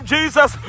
Jesus